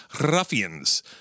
ruffians